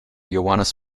johannes